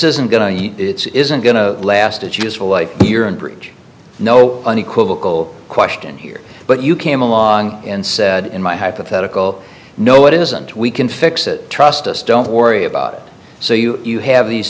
to it's isn't going to last it's useful life here in bridge no unequivocal question here but you came along and said in my hypothetical no it isn't we can fix it trust us don't worry about it so you you have these